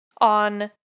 on